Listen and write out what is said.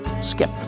Skip